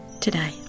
today